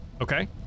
Okay